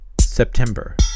September